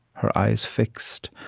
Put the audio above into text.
her eyes fixed,